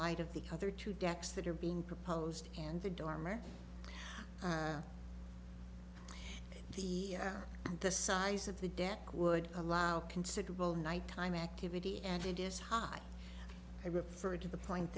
light of the other two decks that are being proposed and the dorm or the the size of the debt would allow considerable night time activity and it is high i referred to the point